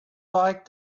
liked